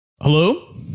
Hello